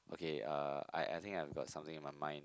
okay uh I I think I've got something in my mind